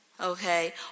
okay